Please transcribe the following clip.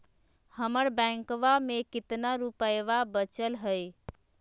हमर बैंकवा में कितना रूपयवा बचल हई?